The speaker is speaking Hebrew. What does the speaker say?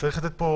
צריך לתת פה